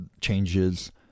changes